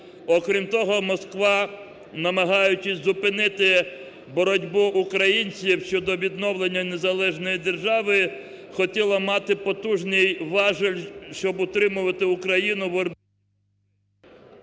Окрім того, Москва, намагаючись зупинити боротьбу українців щодо відновлення незалежної держави, хотіло мати потужний важіль, щоб утримувати Україну в…